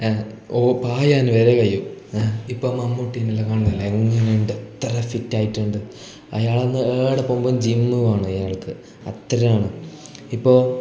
O പായാന് വരെ കയ്യും ഇപ്പോൾ മമ്മൂട്ടീനെ എല്ലം കാണുന്നല്ലെ എങ്ങനുണ്ട് എത്ര ഫിറ്റായിട്ടുണ്ട് അയാളൊന്നു ഏടേ പോകുമ്പോൾ ജിമ്മ് വേണം അയാൾക്ക് അത്രാണ് ഇപ്പോൾ